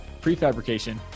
prefabrication